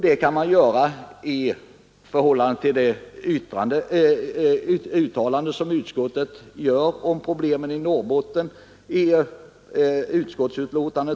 Det kan man vara mot bakgrund av utskottets uttalande angående problemen i Norrbotten.